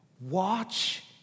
Watch